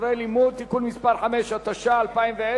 ספרי לימוד (תיקון מס' 5), התש"ע 2010,